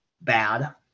bad